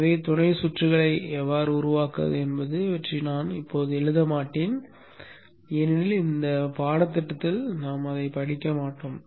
எனவே துணை சுற்றுகளை எவ்வாறு உருவாக்குவது என்பது பற்றி நான் இப்போது எழுத மாட்டேன் ஏனெனில் இது இந்த பாடத்திட்டத்தில் படிக்க மாட்டோம்